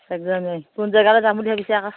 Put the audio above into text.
এক জানুৱাৰী কোন জেগালৈ যাম বুলি ভাবিছে আকৌ